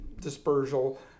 dispersal